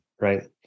right